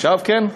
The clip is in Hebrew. עכשיו כן?